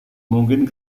mungkin